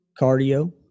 Cardio